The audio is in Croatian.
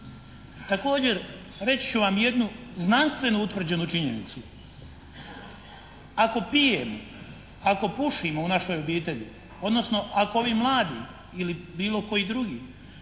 Također, reći ću vam jednu znanstvenu utvrđenu činjenicu. Ako pije, ako pušimo u našoj obitelji, odnosno ako ovi mladi ili bilo koji drugi